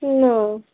না